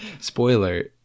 spoiler